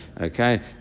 Okay